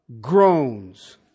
groans